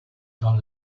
dans